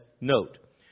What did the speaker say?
Note